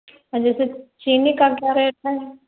जैसे चीनी का क्या रेट है